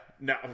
No